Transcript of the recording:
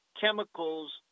chemicals